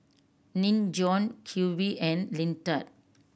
Nin Jiom Q V and Lindt